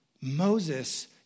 Moses